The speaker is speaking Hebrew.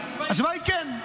התשובה היא --- התשובה היא כן.